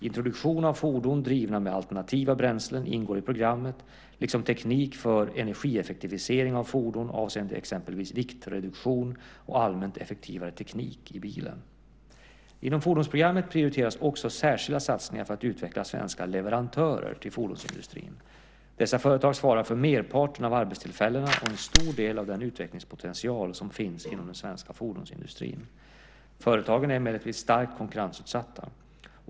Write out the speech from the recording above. Introduktion av fordon drivna med alternativa bränslen ingår i programmet, liksom teknik för energieffektivisering av fordon avseende exempelvis viktreduktion och allmänt effektivare teknik i bilen. Inom fordonsprogrammet prioriteras också särskilda satsningar för att utveckla svenska leverantörer till fordonsindustrin. Dessa företag svarar för merparten av arbetstillfällena och för en stor del av den utvecklingspotential som finns inom den svenska fordonsindustrin. Företagen är emellertid starkt konkurrensutsatta.